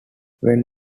when